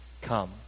come